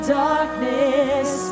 darkness